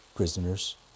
prisoners